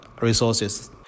resources